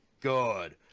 good